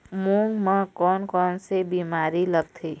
मूंग म कोन कोन से बीमारी लगथे?